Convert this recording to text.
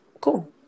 Cool